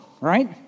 right